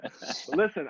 Listen